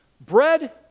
Bread